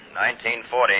1940